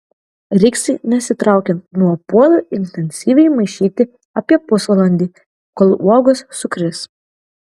reiks nesitraukiant nuo puodo intensyviai maišyti apie pusvalandį kol uogos sukris